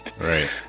right